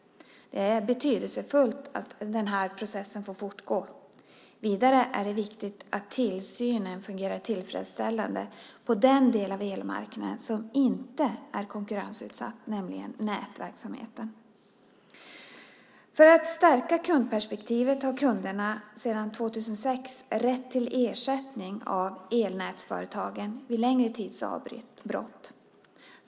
Det är betydelsefullt att den här processen får fortgå. Vidare är det viktigt att tillsynen fungerar tillfredsställande på den del av elmarknaden som inte är konkurrensutsatt, nämligen nätverksamheten. För att stärka kundperspektivet har kunderna sedan 2006 rätt till ersättning av elnätsföretagen vid längre tids avbrott.